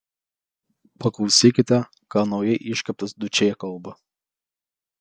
paklausykite ką naujai iškeptas dučė kalba